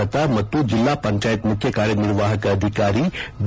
ಲತಾ ಮತ್ತು ಜಿಲ್ಲಾ ಪಂಜಾಯತ್ ಮುಖ್ಯ ಕಾರ್ಯ ನಿರ್ವಾಪಕ ಅಧಿಕಾರಿ ಬಿ